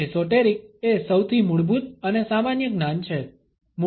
esoteric એ સૌથી મૂળભૂત અને સામાન્ય જ્ઞાન છે